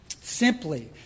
Simply